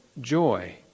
joy